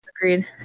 agreed